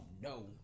no